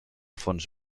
fons